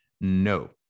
no